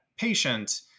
patient